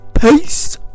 peace